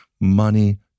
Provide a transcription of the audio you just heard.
money